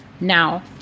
Now